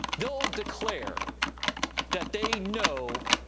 they'll declare that they know